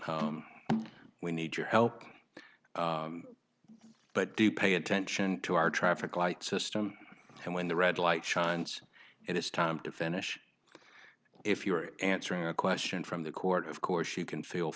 come we need your help but do pay attention to our traffic light system and when the red light shines and it's time to finish if you're answering a question from the court of course you can feel